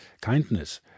kindness